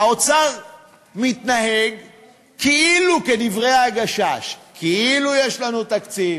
האוצר מתנהג "כאילו" כדברי "הגשש": כאילו יש לנו תקציב,